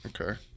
Okay